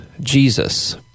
Jesus